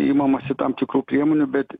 imamasi tam tikrų priemonių bet